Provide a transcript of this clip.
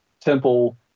Temple